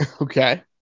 Okay